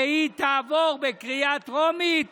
שהיא תעבור בקריאה טרומית